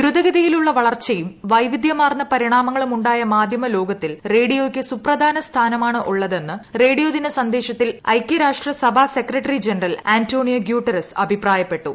ദ്രുതഗതിയിലുള്ള വളർച്ചയും വൈവിദ്ധ്യമാർന്ന പരിണാമങ്ങളും ഉണ്ടായ മാധ്യമ ലോകത്തിൽ റേഡിയോയ്ക്ക് സുപ്രധാന സ്ഥാനമാണ് ഉള്ളതെന്ന് റേഡിയോ ദിന സന്ദേശത്തിൽ ഐക്യരാഷ്ട്ര സഭാ സെക്രട്ടറി ജനറൽ അന്റോണിയോ ഗുട്ടറസ് അഭിപ്രായപ്പെട്ടു